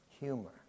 humor